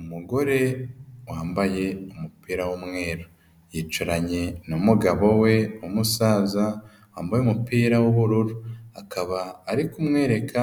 Umugore wambaye umupira w'umweru. Yicaranye n'umugabo we w'umusaza wambaye umupira w'ubururu. Akaba ari kumwereka